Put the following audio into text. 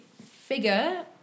figure